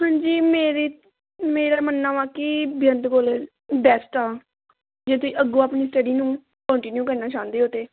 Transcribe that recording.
ਹਾਂਜੀ ਮੇਰੀ ਮੇਰਾ ਮੰਨਣਾ ਵਾ ਕਿ ਬੇਅੰਤ ਕਾਲਜ ਬੈਸਟ ਆ ਜੇ ਤੁਸੀਂ ਅੱਗੋਂ ਆਪਣੀ ਸਟੱਡੀ ਨੂੰ ਕੋਂਟੀਨਿਊ ਕਰਨਾ ਚਾਹੁੰਦੇ ਹੋ ਤਾਂ